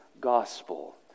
gospel